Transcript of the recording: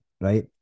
right